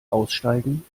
aussteigen